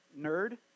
nerd